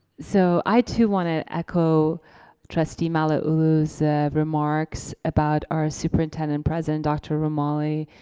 so i too want to echo trustee malauulu's remarks about our superintendent-president dr. ramali.